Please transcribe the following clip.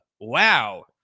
Wow